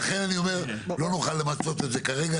ולכן אני אומר לא נוכל למצות את זה כרגע,